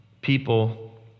people